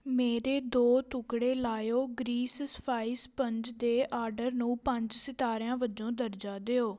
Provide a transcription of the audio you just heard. ਮੇਰੇ ਦੋ ਟੁਕੜੇ ਲਾਇਓ ਗਰੀਸ ਸਫਾਈ ਸਪੰਜ ਦੇ ਆਰਡਰ ਨੂੰ ਪੰਜ ਸਿਤਾਰਿਆਂ ਵਜੋਂ ਦਰਜਾ ਦਿਓ